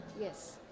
Yes